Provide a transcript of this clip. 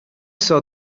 saw